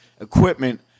equipment